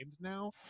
now